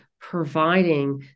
providing